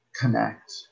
connect